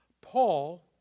Paul